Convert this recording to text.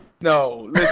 No